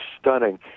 stunning